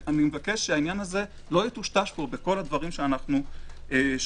אני מבקש שהעניין זה לא יטושטש פה בכל הדברים שאנו שומעים.